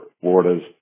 Florida's